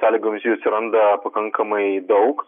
sąlygomis jų atsiranda pakankamai daug